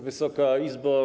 Wysoka Izbo!